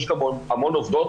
יש המון עובדות,